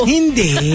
Hindi